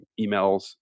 emails